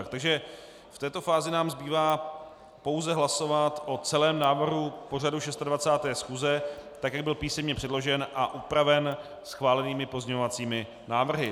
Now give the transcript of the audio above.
Takže v této fázi nám zbývá pouze hlasovat o celém návrhu pořadu 26. schůze, tak jak byl písemně předložen a upraven schválenými pozměňovacími návrhy.